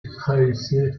trahissait